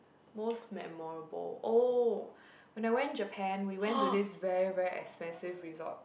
most memorable oh when I went Japan we went to this very very expensive resort